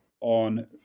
on